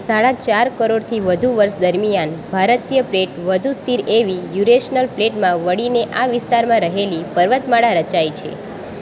સાડા ચાર કરોડથી વધુ વર્ષ દરમિયાન ભારતીય પ્લેટ વધુ સ્થિર એવી યુરેશનલ પ્લેટમાં વળીને આ વિસ્તારમાં રહેલી પર્વતમાળા રચાય છે